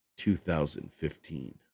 2015